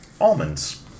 almonds